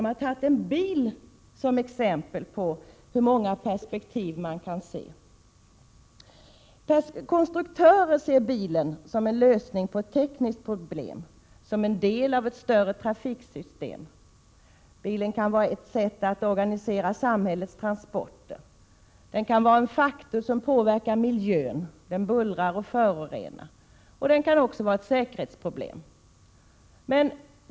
De har tagit en bil som exempel på hur många perspektiv man kan se. Konstruktören ser bilen som en lösning på ett tekniskt problem, som en del av ett större trafiksystem. Bilen kan vara ett sätt att organisera samhällets transporter. Den kan vara en faktor som påverkar miljön — den bullrar och förorenar. Den kan också vara ett säkerhetsproblem.